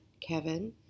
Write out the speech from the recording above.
Kevin